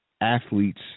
Athletes